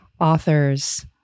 authors